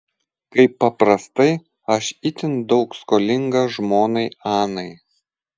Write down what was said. kaip paprastai aš itin daug skolingas žmonai anai